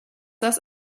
das